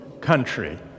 country